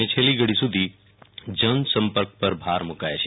અને છેલ્લી ઘડી સુધી જન સંપર્ક પર ભાર મુ કાય છે